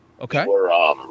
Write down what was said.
Okay